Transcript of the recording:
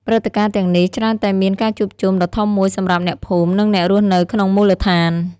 ព្រឹត្តិការណ៍ទាំងនេះច្រើនតែមានការជួបជុំដ៏ធំមួយសម្រាប់អ្នកភូមិ និងអ្នករស់នៅក្នុងមូលដ្ឋាន។